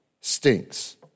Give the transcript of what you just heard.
stinks